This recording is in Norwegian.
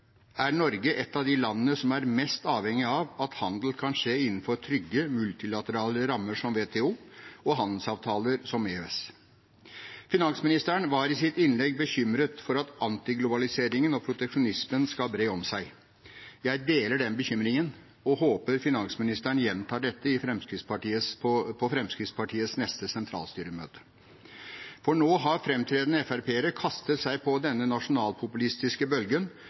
er Norge et av de landene som er mest avhengig av at handel kan skje innenfor trygge multilaterale rammer, slik som WTO, og handelsavtaler som EØS. Finansministeren var i sitt innlegg bekymret for at antiglobaliseringen og proteksjonismen skal bre om seg. Jeg deler den bekymringen og håper finansministeren gjentar dette på Fremskrittspartiets neste sentralstyremøte. For nå har fremtredende FrP-ere kastet seg på denne nasjonalpopulistiske bølgen